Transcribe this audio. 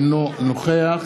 אינו נוכח